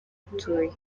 atuye